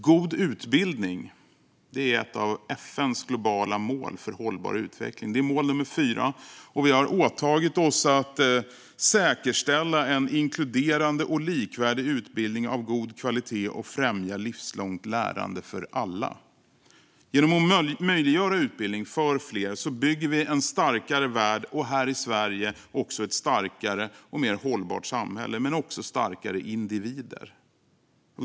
God utbildning är ett av FN:s globala mål för hållbar utveckling, mål nummer fyra. Vi har åtagit oss att säkerställa en inkluderande och likvärdig utbildning av god kvalitet och att främja livslångt lärande för alla. Genom att möjliggöra utbildning för fler bygger vi en starkare värld och här i Sverige också ett starkare och mer hållbart samhälle men också starkare individer.